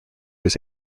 was